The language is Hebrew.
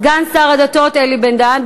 סגן השר לשירותי דת אלי בן-דהן.